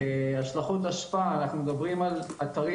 השלכות אשפה אנחנו מדברים על אתרים